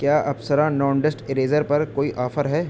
کیا Apsara non dust eraser پر کوئی آفر ہے